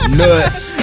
nuts